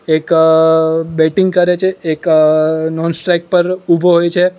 એક બેટિંગ કરે છે એક નોન સ્ટ્રાઈક પર ઊભો હોય છે